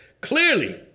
clearly